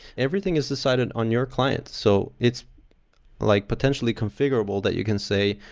everything is decided on your client, so it's like potentially configurable that you can say,